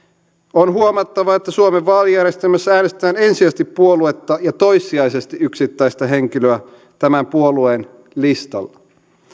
on huomattava että suomen vaalijärjestelmässä äänestetään ensisijaisesti puoluetta ja toissijaisesti yksittäistä henkilöä tämän puolueen listalla